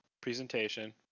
presentation